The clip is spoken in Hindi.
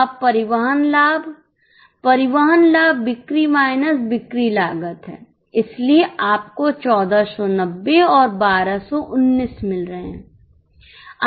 अब परिवहन लाभ परिवहन लाभ बिक्री माइनस बिक्री लागत है इसलिए आपको 1490 और 1219 मिल रहे हैं